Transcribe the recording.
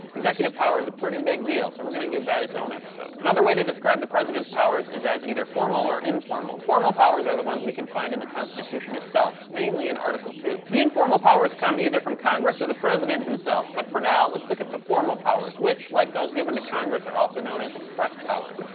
executive power is a pretty big deal, so we're gonna give that its own episode. another way to describe the president's powers is as either formal or informal. formal powers are the ones we can find in the constitution itself, mainly in article two. the informal powers come either from congress or the president himself, but for now, let's look at the formal powers, which like those given to congress, are also knwon as expressed powers.